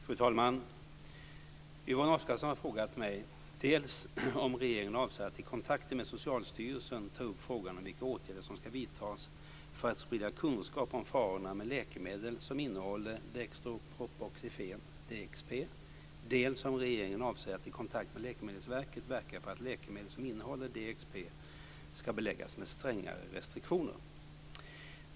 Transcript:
Fru talman! Yvonne Oscarsson har frågat mig dels om regeringen avser att i kontakter med Socialstyrelsen ta upp frågan om vilka åtgärder som ska vidtas för att sprida kunskap om farorna med läkemedel som innehåller dextropropoxifen, DXP, dels om regeringen avser att i kontakt med Läkemedelsverket verka för att läkemedel som innehåller DXP ska beläggas med strängare restriktioner.